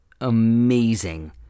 amazing